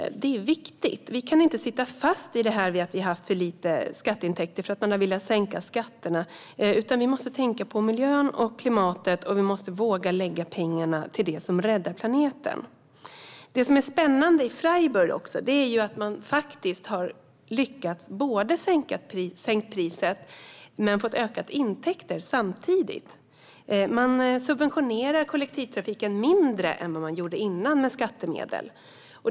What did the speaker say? Det är viktigt. Vi kan inte sitta fast i detta att vi har haft för lite skatteintäkter för att man har velat sänka skatterna, utan vi måste tänka på miljön och klimatet och våga lägga pengarna på det som räddar planeten. Det som är spännande i Freiburg är också att man har lyckats sänka priset och samtidigt få ökade intäkter. Man använder mindre skattemedel än tidigare för att subventionera kollektivtrafiken.